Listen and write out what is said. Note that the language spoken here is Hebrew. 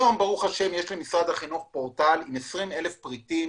היום יש למשרד החינוך פורטל עם 20,000 פריטים